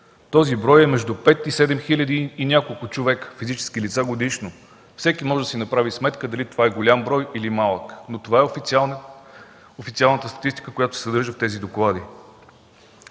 Този брой е между пет хиляди и седем хиляди и няколко човека физически лица годишно. Всеки може да си направи сметка дали това е голям брой или малък. Това е официалната статистика, която се съдържа в тези доклади.